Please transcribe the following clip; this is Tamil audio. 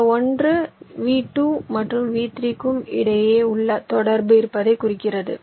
இந்த 1 V2 மற்றும் V3க்கும் இடையே ஒரு தொடர்பு இருப்பதைக் குறிக்கிறது